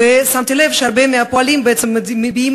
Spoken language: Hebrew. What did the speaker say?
ושמתי לב שהרבה מהפועלים בעצם מעידים